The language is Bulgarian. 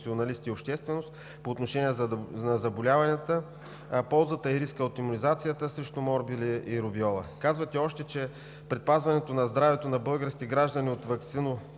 и общественост по отношение на заболяванията, ползата и риска от имунизацията срещу морбили и рубеола. Казвате още, че предпазването на здравето на българските граждани от